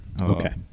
Okay